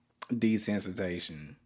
desensitization